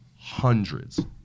hundreds